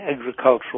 agricultural